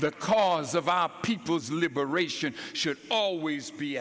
the cause of ah people's liberation should always be